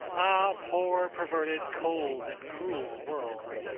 ah! poor, perverted, cold and cruel world!